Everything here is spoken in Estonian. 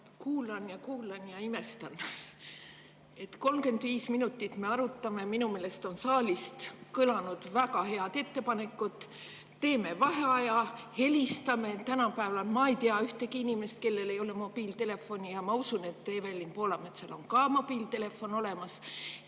kuulan ja kuulan ja imestan, et 35 minutit oleme me seda arutanud. Minu meelest on saalist kõlanud väga head ettepanekud: teeme vaheaja, helistame. Tänapäeval ma ei tea ühtegi inimest, kellel ei ole mobiiltelefoni, ja ma usun, et Evelin Poolametsal on ka mobiiltelefon olemas.